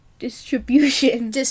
distribution